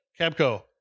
Capco